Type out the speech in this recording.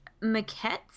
maquettes